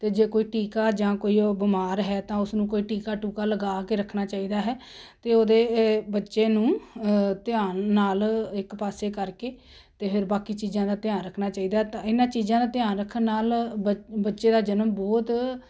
ਅਤੇ ਜੇ ਕੋਈ ਟੀਕਾ ਜਾਂ ਕੋਈ ਓ ਬਿਮਾਰ ਹੈ ਤਾਂ ਉਸਨੂੰ ਕੋਈ ਟੀਕਾ ਟੂਕਾ ਲਗਾ ਕੇ ਰੱਖਣਾ ਚਾਹੀਦਾ ਹੈ ਅਤੇ ਉਹਦੇ ਬੱਚੇ ਨੂੰ ਧਿਆਨ ਨਾਲ ਇੱਕ ਪਾਸੇ ਕਰਕੇ ਅਤੇ ਫਿਰ ਬਾਕੀ ਚੀਜ਼ਾਂ ਦਾ ਧਿਆਨ ਰੱਖਣਾ ਚਾਹੀਦਾ ਹੈ ਤਾਂ ਇਹਨਾਂ ਚੀਜ਼ਾਂ ਦਾ ਧਿਆਨ ਰੱਖਣ ਨਾਲ ਬ ਬੱਚੇ ਦਾ ਜਨਮ ਬਹੁਤ